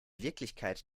wirklichkeit